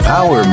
Power